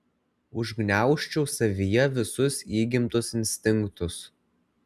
užgniaužčiau savyje visus įgimtus instinktus